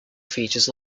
features